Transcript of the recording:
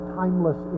timeless